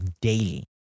daily